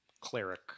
cleric